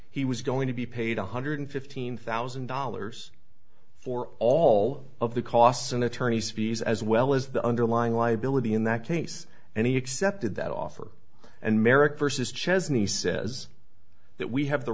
he was going to be paid one hundred fifteen thousand dollars for all of the costs and attorney's fees as well as the underlying liability in that case and he accepted that offer and merrick versus chesney says that we have the